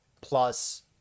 plus